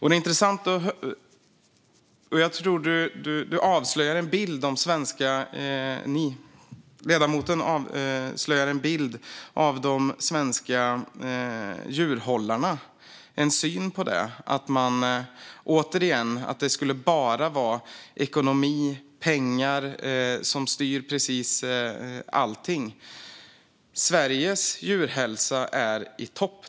Ledamoten avslöjar en intressant bild av svenska djurhållare och en syn på dem där det återigen bara är ekonomi och pengar som styr precis allt. Sveriges djurhälsa är i topp.